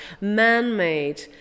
man-made